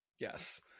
Yes